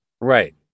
Right